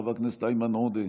חבר הכנסת איימן עודה,